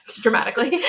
dramatically